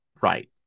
Right